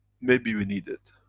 maybe we need it.